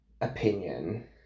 opinion